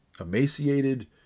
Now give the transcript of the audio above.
emaciated